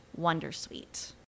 Wondersuite